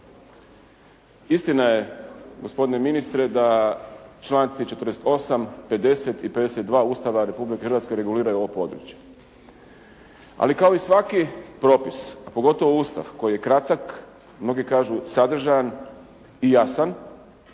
Istina je gospodine ministre da članci 48., 50. i 52 Ustava Republike Hrvatske reguliraju ovo područje. Ali kao i svaki propis, a pogotovo Ustav koji je kratak, mnogi kažu sadržajan i jasan